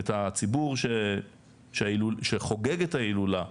את הציבור שחוגג את ההילולה,